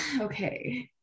okay